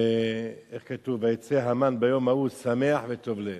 ואיך כתוב: "ויצא המן ביום ההוא שמח וטוב לב".